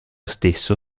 stesso